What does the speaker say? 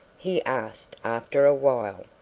he asked after a while.